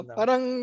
parang